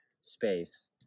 space